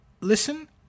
listen